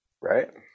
right